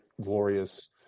glorious